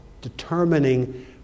determining